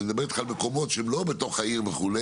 ואני מדבר איתך על מקומות שהם לא בתוך העיר וכו',